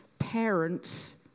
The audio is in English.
Parents